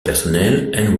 personnel